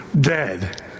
dead